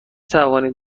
توانید